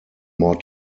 more